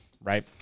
right